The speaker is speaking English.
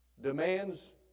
demands